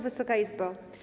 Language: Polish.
Wysoka Izbo!